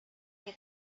que